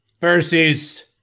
versus